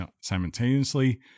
simultaneously